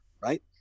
Right